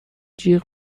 جیغ